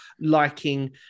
liking